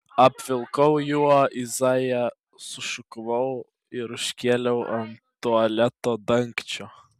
apvilkau juo izaiją sušukavau ir užkėliau ant tualeto dangčio